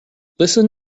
listen